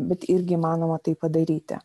bet irgi įmanoma tai padaryti